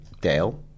dale